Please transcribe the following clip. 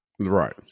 Right